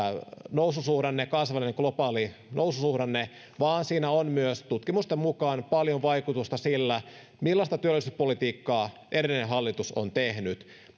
noususuhdanne kansainvälinen globaali noususuhdanne vaan siinä on myös tutkimusten mukaan paljon vaikutusta sillä millaista työllisyyspolitiikkaa edellinen hallitus on tehnyt